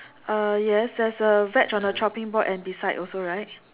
uh yes there is a veg on the chopping board and beside also right